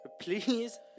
please